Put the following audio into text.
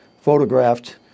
photographed